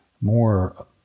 more